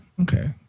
Okay